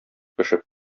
пешеп